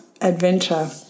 adventure